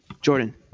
Jordan